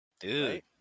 Dude